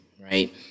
right